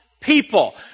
people